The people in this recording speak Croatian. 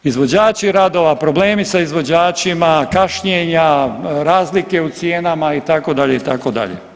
Izvođači radova, problemi sa izvođačima, kašnjenja, razlike u cijenama itd. itd.